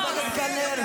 --- חבר הכנסת קלנר.